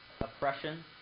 oppression